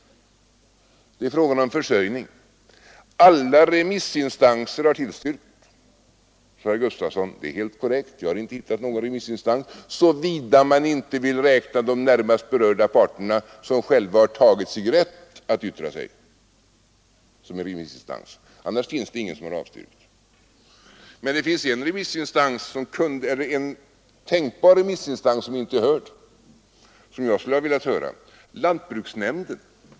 Det är fråga om försörjningen. Alla remissinstanser har tillstyrkt, sade herr Gustafsson. Det är helt korrekt. Jag har inte hittat någon remissinstans som avstyrkt, såvida man inte vill räkna de närmast berörda parterna, som själva har tagit sig rätten att yttra sig, såsom en remissinstans. Men det finns en tänkbar remissinstans, som inte har hörts och som jag skulle vilja höra, nämligen lantbruksnämnden.